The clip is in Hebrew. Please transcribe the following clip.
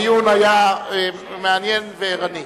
הדיון היה מעניין וערני.